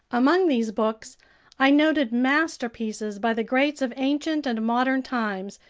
among these books i noted masterpieces by the greats of ancient and modern times,